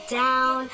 down